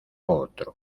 otro